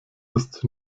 ist